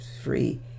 free